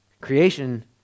creation